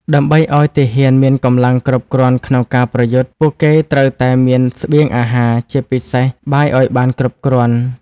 ដើម្បីឱ្យទាហានមានកម្លាំងគ្រប់គ្រាន់ក្នុងការប្រយុទ្ធ ពួកគេត្រូវតែមានស្បៀងអាហារ ជាពិសេសបាយឲ្យបានគ្រប់គ្រាន់។